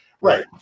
Right